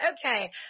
Okay